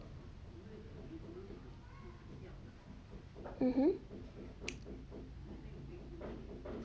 mmhmm